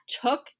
took